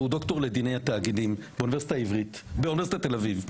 והוא דוקטור לדיני התאגידים באוניברסיטת תל אביב.